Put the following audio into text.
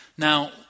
Now